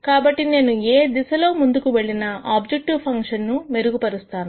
కాబట్టి నేను ఏ దిశలో ముందుకు వెళ్ళిన ఆబ్జెక్టివ్ ఫంక్షన్ ను మెరుగుపరుస్తాను